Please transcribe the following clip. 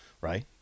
Right